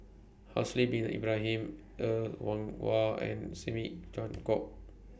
Haslir Bin Ibrahim Er Kwong Wah and Tan